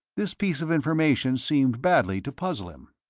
this piece of information seemed badly to puzzle him.